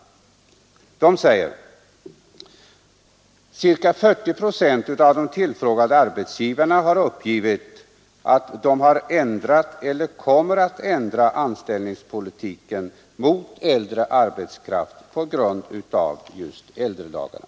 De anför att ca 40 procent av de tillfrågade arbetsgivarna har uppgivit att de har ändrat eller kommer att ändra anställningspolitiken mot äldre arbetskraft på grund av just äldrelagarna.